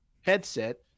headset